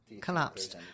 collapsed